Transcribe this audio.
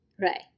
Right